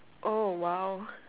oh !wow!